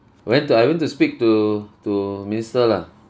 went to I went to speak to to minister lah